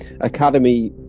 academy